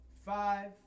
Five